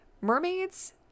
Mermaids